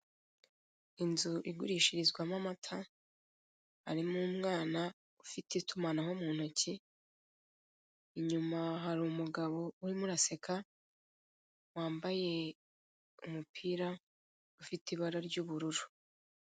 Inzu igurishirizwamo amata, harimo umwana utife itumanaho mu ntoki, inyuma hari umugabo urimo uraseka, wambaye umupira ufite ibara ry'ubururu.